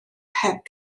heb